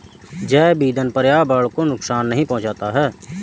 जैव ईंधन पर्यावरण को नुकसान नहीं पहुंचाता है